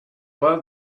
love